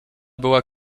była